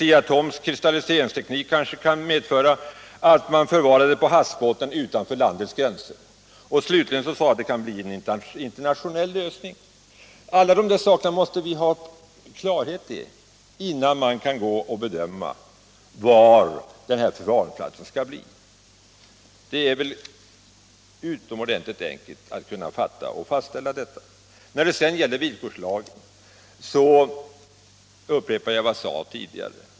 Asea-Atoms kristalliseringsteknik kanske kan medföra att man förvarar det på havsbotten utanför landets gränser. Slutligen sade jag att det kan bli en internationell lösning. Alla dessa saker måste vi ha klarhet i innan man kan bedöma var förvaringsplatsen skall bli. Det är utomordentligt enkelt att fatta gången i detta. När det gäller villkorslagen upprepar jag vad jag sade tidigare.